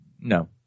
No